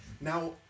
Now